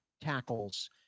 tackles